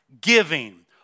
giving